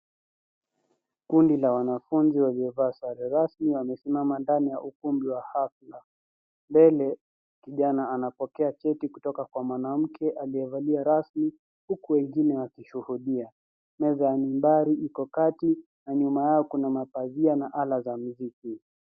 Kundi la wanafunzi wakiovaa sare rasmi wamesimama ndani ya ukumbi wa hafla, mbele kijana anapokea cheti kutoka kwa mwanamke aliyevalia rasmi huku wengine wakishuhudia. Meza ya mimbari iko kati na nyuma yao kuna mapazia na ala za miziki.